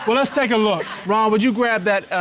but let's take a look. ron, would you grab that, ah,